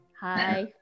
hi